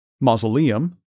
mausoleum